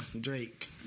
Drake